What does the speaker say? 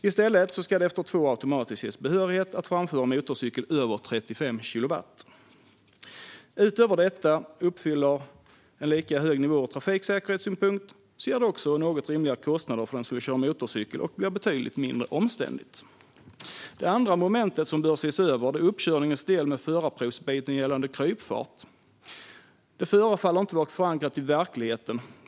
I stället ska det efter två år automatiskt ges behörighet att framföra motorcykel över 35 kilowatt. Utöver att detta uppfyller lika höga krav ur trafiksäkerhetssynpunkt ger det något rimligare kostnader för den som vill köra motorcykel och blir också betydligt mindre omständligt. Det andra momentet som bör ses över är uppkörningens del med förarprovsbiten gällande krypfart. Detta förefaller inte vara förankrat i verkligheten.